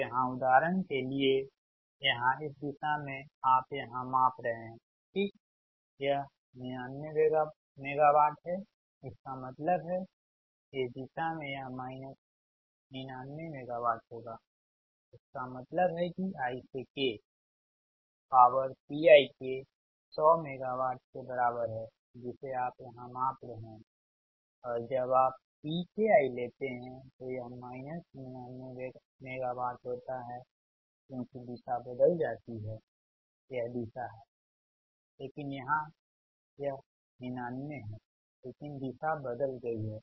तो यहाँ उदाहरण के लिए है यहाँ इस दिशा में आप यहाँ माप रहे हैं ठीकयह 99 मेगावाट है इसका मतलब है इस दिशा में यह माइनस 99 मेगावाट होगा इसका मतलब है कि i से k पॉवर Pik 100 मेगावाट के बराबर है जिसे आप यहां माप रहे हैं और जब आप Pki लेते हैं तो यह माइनस 99 मेगावाट होता है क्योंकि दिशा बदल जाती है यह दिशा है लेकिन यहां यह 99 है लेकिन दिशा बदल गई है